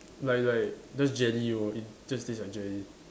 like like just jelly lor it just taste like jelly